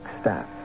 staff